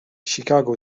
chicago